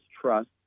trust